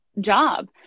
job